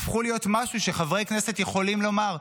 הפכו להיות משהו שחברי כנסת יכולים לומר.